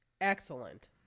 excellent